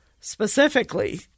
specifically